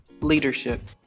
leadership